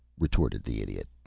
retorted the idiot.